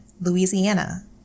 Louisiana